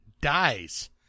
dies